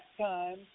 time